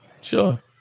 Sure